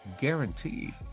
Guaranteed